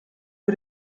für